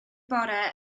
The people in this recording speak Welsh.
bore